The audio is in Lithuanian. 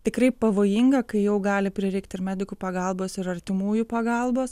tikrai pavojinga kai jau gali prireikt ir medikų pagalbos ir artimųjų pagalbos